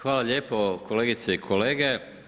Hvala lijepo kolegice i kolege.